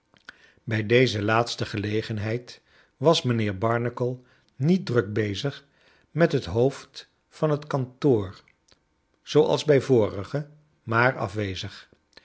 bij deze laatste gelegenheid was mijnheer barnacle niet druk bezig met het hoofd van het kantoor zooals bij vorige maar afwezig